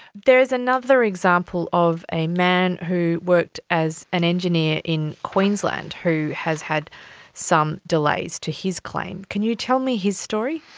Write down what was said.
there is another example of a man who worked as an engineer in queensland who has had some delays to his claim. can you tell me his story?